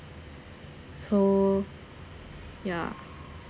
so ya